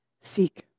seek